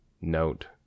Note